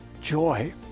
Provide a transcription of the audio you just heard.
joy